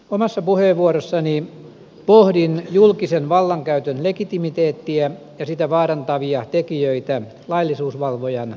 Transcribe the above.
omassa puheenvuorossani pohdin julkisen vallankäytön legitimiteettiä ja sitä vaarantavia tekijöitä laillisuusvalvojan näkökulmasta